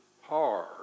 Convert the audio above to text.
hard